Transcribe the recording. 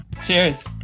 Cheers